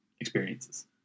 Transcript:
experiences